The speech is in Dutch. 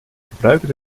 gebruiken